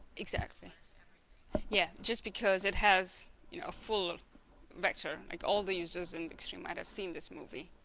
exactly yeah just because it has you know full vector like all the users in the extreme might have seen this movie